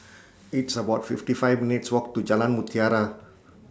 It's about fifty five minutes' Walk to Jalan Mutiara